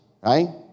right